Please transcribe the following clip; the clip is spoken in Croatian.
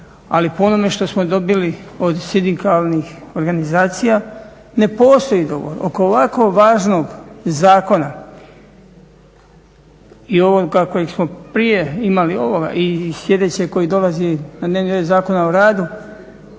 Ali po onome što smo dobili od sindikalnih organizacija ne postoj dogovor oko ovako važnog zakona i ovoga kojeg smo prije imali ovoga i sljedećeg koji dolazi na dnevni red Zakona o radu.